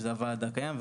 שזה הוועד הקיים.